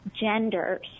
genders